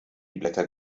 blätter